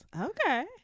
Okay